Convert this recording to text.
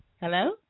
hello